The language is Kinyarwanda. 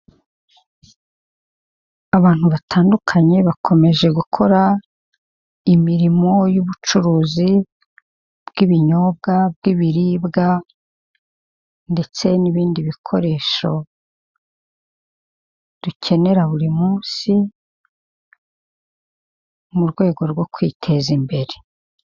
Abantu batandukanye bakomeje gukora imirimo y'ubucuruzi bw'ibinyobwa bw'ibiribwa, ndetse n'ibindi bikoresho dukenera buri munsi mu rwego rwo kwiteza imbere.